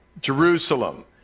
Jerusalem